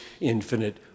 infinite